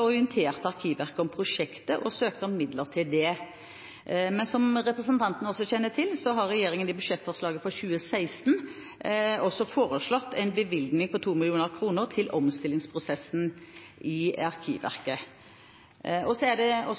orienterte Arkivverket om prosjektet og søkte om midler til det. Som representanten kjenner til, har regjeringen i budsjettforslaget for 2016 foreslått en bevilgning på 2 mill. kr til omstillingsprosessen i Arkivverket. Det